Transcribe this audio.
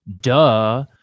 duh